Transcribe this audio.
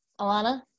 Alana